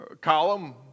column